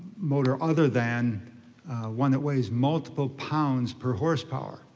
motor other than one that ways multiple pounds per horsepower,